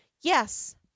Yes